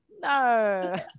no